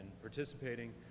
participating